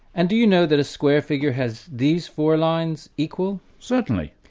and do you know that a square figure has these four lines equal? certainly.